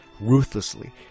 ruthlessly